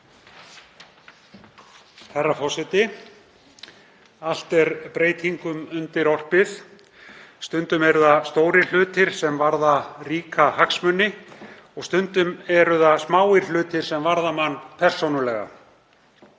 Herra forseti. Allt er breytingum undirorpið. Stundum eru það stórir hlutir sem varða ríka hagsmuni og stundum eru það smáir hlutir sem varða mann persónulega.